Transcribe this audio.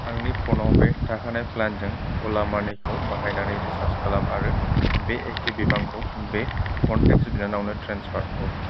आंनि फ'नाव बे थाखानाय प्लानजों अला मानिखौ बाहायनानै रिसार्ज खालाम आरो बे एखे बिबांखौ बे क'नटेक्ट बिनानावनो ट्रेन्सफार हर